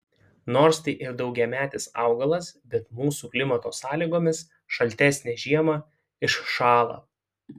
nors tai ir daugiametis augalas bet mūsų klimato sąlygomis šaltesnę žiemą iššąla